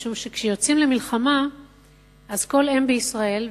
משום שכשיוצאים למלחמה אז כל אם בישראל,